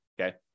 Okay